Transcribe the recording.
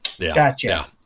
gotcha